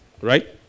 right